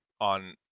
on